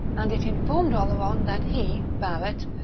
and it informed oleron that he, barrett,